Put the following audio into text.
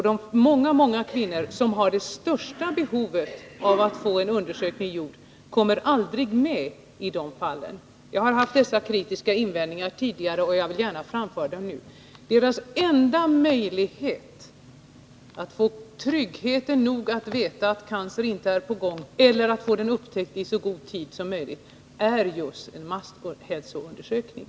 De många kvinnor som har det största behovet av att få en undersökning gjord kommer aldrig med i de sammanhangen. Jag har haft dessa kritiska invändningar tidigare, och jag vill gärna framföra dem också här. Dessa kvinnors enda möjlighet att få trygghet i vetskapen att cancer inte är på väg eller i att den upptäcks i så god tid som möjligt är just en masshälsoundersökning.